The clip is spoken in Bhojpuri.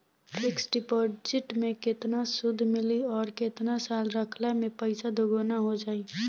फिक्स डिपॉज़िट मे केतना सूद मिली आउर केतना साल रखला मे पैसा दोगुना हो जायी?